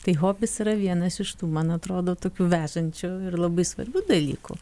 tai hobis yra vienas iš tų man atrodo tokių vežančių ir labai svarbių dalykų